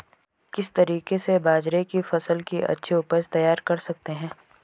किस तरीके से बाजरे की फसल की अच्छी उपज तैयार कर सकते हैं?